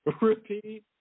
Repeat